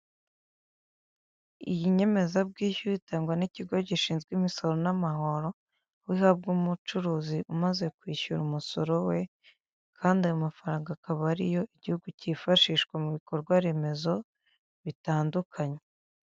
Iyi nyemezabwishyu itangwa n'ikigo gishinzwe imisoro n'amahoro, aho ihabwa umucuruzi umaze kwishyura umusoro we, kandi ayo mafaranga akaba ari yo igihugu kifashisha mu bikorwa remezo bitandukanye.